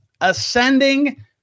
ascending